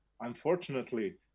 unfortunately